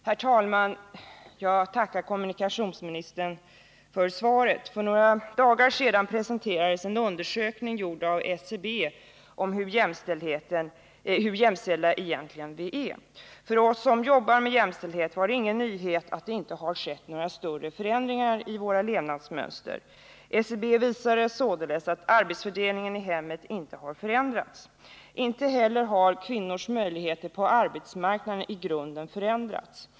Herr talman! Jag tackar kommunikationsministern för svaret. För några dagar sedan presenterades en undersökning, gjord av SCB, om hur 21 jämställda vi egentligen är. För oss som jobbar med jämställdhet var det ingen nyhet att det inte har skett några större förändringar i våra levnadsmönster. SCB visade således att arbetsfördelningen i hemmet inte har förändrats. Inte heller har kvinnors möjligheter på arbetsmarknaden i grunden förändrats.